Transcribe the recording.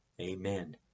Amen